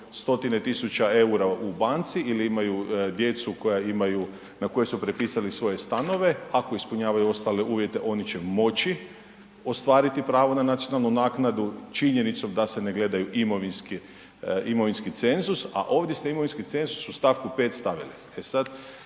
stotine tisuća EUR-a u banci ili imaju djecu koja imaju, na koje su prepisali svoje stanove, ako ispunjavaju ostale uvjete oni će moći ostvariti pravo na nacionalnu naknadu činjenicom da se ne gledaju imovinski, imovinski cenzus, a ovdje ste imovinski cenzus u st. 5. stavili.